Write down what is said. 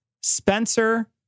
Spencer